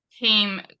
came